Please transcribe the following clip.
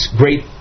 great